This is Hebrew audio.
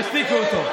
תשתיקו אותו.